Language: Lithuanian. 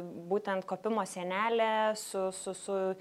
būtent kopimo sienelė su su su